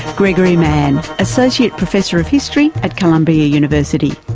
gregory mann, associate professor of history at columbia university.